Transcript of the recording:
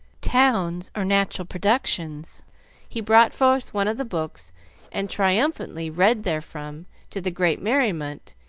towns, or natural productions he brought forth one of the books and triumphantly read therefrom, to the great merriment,